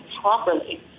properly